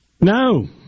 No